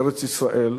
ארץ-ישראל.